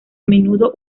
menudo